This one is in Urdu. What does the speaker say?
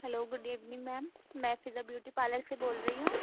ہلو گڈ ایوننگ میم میں فضا بیوٹی پارلر سے بول رہی ہوں